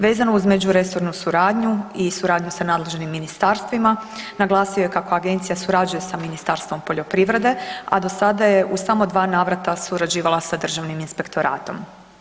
Vezano uz međuresornu suradnju i suradnju sa nadležnim ministarstvima, naglasio je kako agencija surađuje sa Ministarstvom poljoprivrede, a do sada je u samo 2 navrata surađivala sa Državnim inspektoratom.